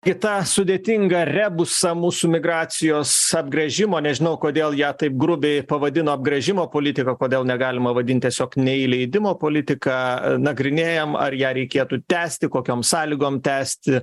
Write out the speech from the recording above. į tą sudėtingą rebusą mūsų migracijos apgręžimo nežinau kodėl ją taip grubiai pavadino apgręžimo politika kodėl negalima vadint tiesiog neįleidimo politika nagrinėjam ar ją reikėtų tęsti kokiom sąlygom tęsti